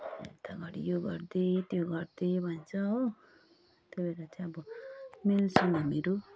अन्त घरि यो गर्दे त्यो गर्दे भन्छ हो त्यो भएर चाहिँ अब मिल्छौँ हामीहरू